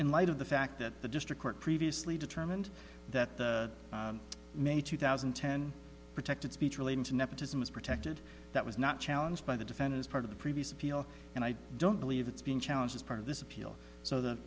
in light of the fact that the district court previously determined that the may two thousand and ten protected speech relating to nepotism is protected that was not challenged by the defendants part of the previous appeal and i don't believe it's being challenged as part of this appeal so the